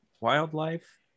wildlife